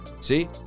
See